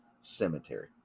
Cemetery